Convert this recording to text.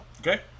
Okay